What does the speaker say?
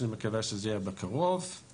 שאני מקווה שייגעו בקרוב,